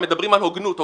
מדברים על הוגנות,